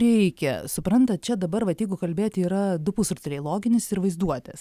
reikia suprantat čia dabar vat jeigu kalbėti yra du pusrutuliai loginis ir vaizduotės